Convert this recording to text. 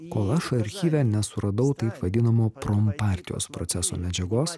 kol aš archyve nesuradau taip vadinamo prompartijos proceso medžiagos